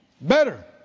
Better